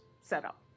setup